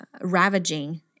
ravaging